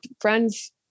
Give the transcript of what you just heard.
friends